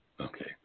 Okay